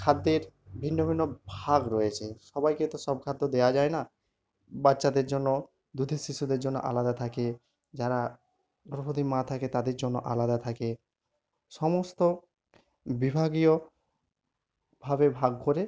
খাদ্যের ভিন্ন ভিন্ন ভাগ রয়েছে সবাইকে তো সব খাদ্য দেওয়া যায় না বাচ্চাদের জন্য দুধের শিশুদের জন্য আলাদা থাকে যারা গর্ভবতী মা থাকে তাদের জন্য আলাদা থাকে সমস্ত বিভাগীয়ভাবে ভাগ করে